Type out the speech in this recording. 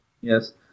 Yes